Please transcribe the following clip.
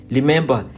Remember